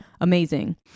amazing